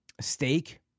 Steak